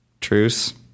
Truce